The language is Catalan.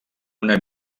una